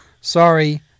Sorry